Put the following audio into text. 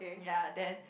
ya then